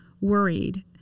worried